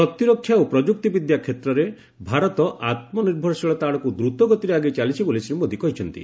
ପ୍ରତିରକ୍ଷା ଓ ପ୍ରଯୁକ୍ତିବିଦ୍ୟା କ୍ଷେତ୍ରରେ ଭାରତ ଆତ୍ମନିର୍ଭରଶୀଳତା ଆଡ଼କୁ ଦ୍ରତଗତିରେ ଆଗେଇ ଚାଲିଛି ବୋଲି ଶ୍ରୀ ମୋଦୀ କହିଛନ୍ତି